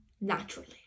naturally